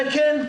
כן.